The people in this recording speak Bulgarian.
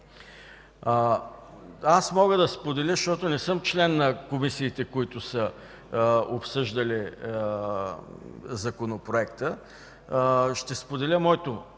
Аз мога да споделя, защото не съм член на комисиите, които са обсъждали Законопроекта, моето